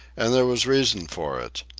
and there was reason for it.